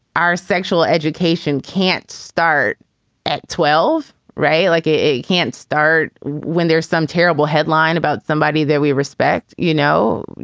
our sexual education can't start at twelve, right. like a can't start when there's some terrible headline about somebody that we respect, you know,